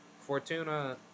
Fortuna